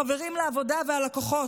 החברים לעבודה והלקוחות.